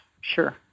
Sure